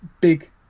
big